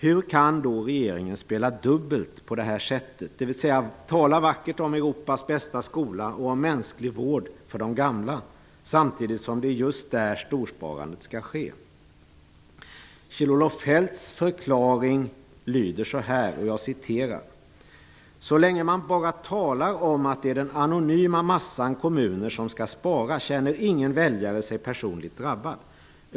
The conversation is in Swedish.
Hur kan då regeringen spela dubbelt på detta sätt, dvs. tala vackert om Europas bästa skola och om mänsklig vård för de gamla, samtidigt som det är just där som storsparandet skall ske? Kjell-Olof Feldts förklaring lyder så här: ''Så länge man bara talar om att det är den anonyma massan kommuner som skall spara känner ingen väljare sig personligt drabbad.